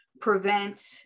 prevent